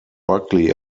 buckley